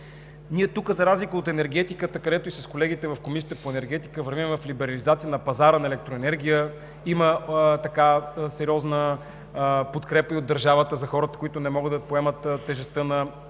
хора. За разлика от енергетиката, където и с колегите в Комисията по енергетика вървим към либерализация на пазара на електроенергия, има сериозна подкрепа и от държавата за хората, които не могат да поемат тежестта на